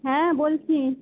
হ্যাঁ বলছি